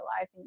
life